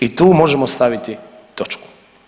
I tu možemo staviti točku.